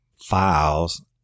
files